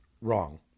wrong